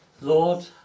Lord